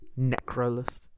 Necrolist